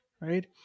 Right